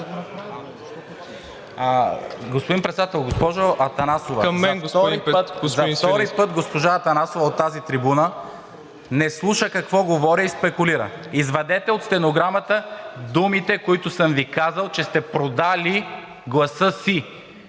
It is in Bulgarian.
господин Свиленски. ГЕОРГИ СВИЛЕНСКИ: За втори път госпожа Атанасова от тази трибуна не слуша какво говоря и спекулира. Извадете от стенограмата думите, които съм Ви казал, че сте продали гласа си.